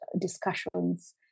discussions